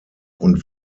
und